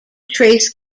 trace